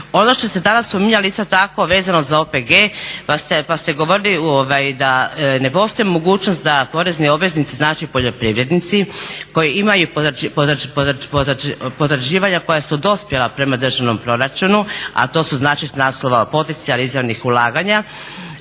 Ono što ste danas spominjali isto tako vezano za OPG pa ste govorili da ne postoji mogućnost da porezni obveznici, znači poljoprivrednici koji imaju potraživanja koja su dospjela prema državnom proračunu, a to su znači s naslova poticaja ili izravnih ulaganja